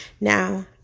Now